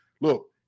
look